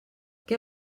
què